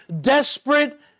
desperate